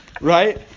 Right